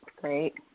Great